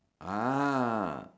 ah